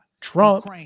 trump